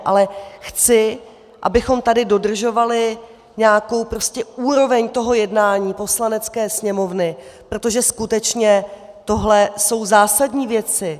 Ale chci, abychom tady dodržovali nějakou úroveň jednání Poslanecké sněmovny, protože skutečně tohle jsou zásadní věci.